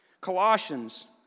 Colossians